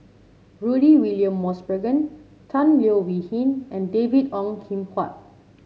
Rudy William Mosbergen Tan Leo Wee Hin and David Ong Kim Huat